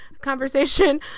conversation